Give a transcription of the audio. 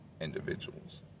individuals